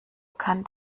kann